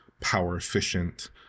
power-efficient